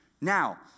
Now